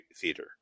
theater